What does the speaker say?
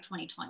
2020